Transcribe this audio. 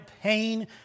pain